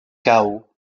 chaos